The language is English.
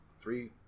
three